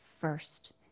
first